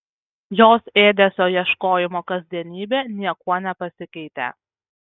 jos ėdesio ieškojimo kasdienybė niekuo nepasikeitė